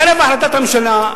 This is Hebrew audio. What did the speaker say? חרף החלטת הממשלה,